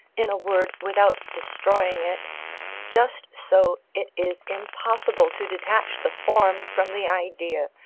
in a word, without destroying it just so it is impossible to detach the form from the idea,